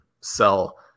sell